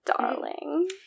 darling